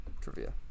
trivia